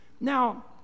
Now